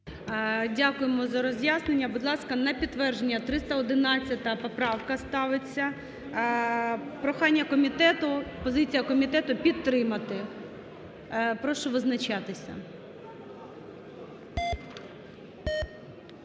Дякуємо за роз'яснення. Будь ласка, на підтвердження 311 поправка ставиться. Прохання комітету, позиція комітету підтримати. Прошу визначатися.